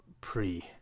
pre